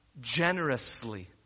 generously